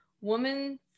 woman